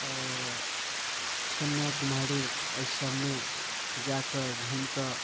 अऽ कन्याकुमारी अइ सभमे जाकऽ घुमिकऽ